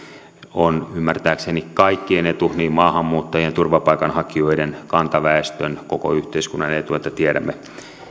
on ymmärtääkseni kaikkien etu niin maahanmuuttajien turvapaikanhakijoiden kantaväestön koko yhteiskunnan että tiedämme